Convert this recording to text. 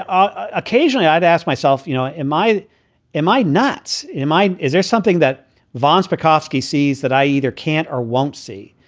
um occasionally i'd ask myself, you know, am i am i nuts? am i? is there something that von spakovsky sees that i either can't or won't see?